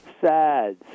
sad